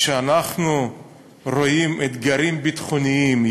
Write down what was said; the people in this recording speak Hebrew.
כשאנחנו רואים אתגרים ביטחוניים,